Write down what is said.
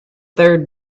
third